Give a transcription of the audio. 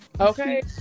okay